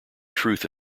truth